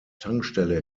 tankstelle